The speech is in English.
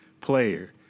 player